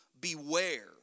beware